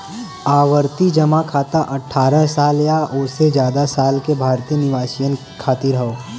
आवर्ती जमा खाता अठ्ठारह साल या ओसे जादा साल के भारतीय निवासियन खातिर हौ